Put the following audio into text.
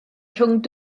rhwng